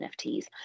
NFTs